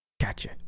Gotcha